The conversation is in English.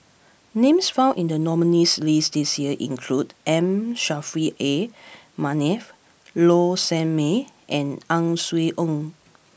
names found in the nominees' list this year include M Saffri A Manaf Low Sanmay and Ang Swee Aun